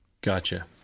Gotcha